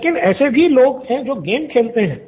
लेकिन ऐसे भी लोग हैं जो गेम खेलते हैं